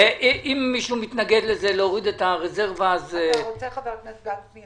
אם מישהו מתנגד להוריד את הרזרבה --- חבר הכנסת גפני,